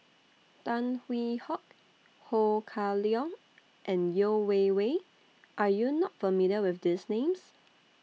Tan Hwee Hock Ho Kah Leong and Yeo Wei Wei Are YOU not familiar with These Names